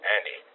Andy